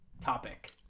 topic